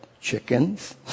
chickens